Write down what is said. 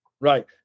Right